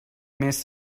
més